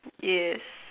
yes